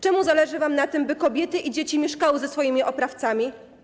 Czemu zależy wam na tym, by kobiety i dzieci mieszkały ze swoimi oprawcami?